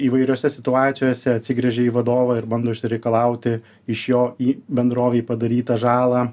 įvairiose situacijose atsigręžia į vadovą ir bando išsireikalauti iš jo į bendrovei padarytą žalą